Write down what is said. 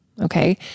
okay